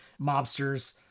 mobsters